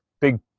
big